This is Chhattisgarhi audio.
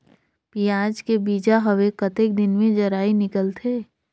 पियाज के बीजा हवे कतेक दिन मे जराई निकलथे?